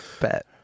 Bet